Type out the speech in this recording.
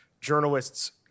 journalists